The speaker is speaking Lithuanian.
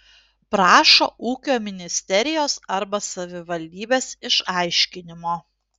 prašo ūkio ministerijos arba savivaldybės išaiškinimo